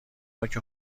نوک